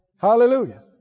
Hallelujah